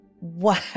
Wow